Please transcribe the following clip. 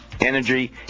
energy